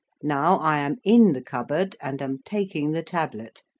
now i am in the cupboard and am taking the tablet.